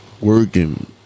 working